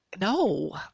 No